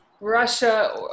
Russia